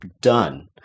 done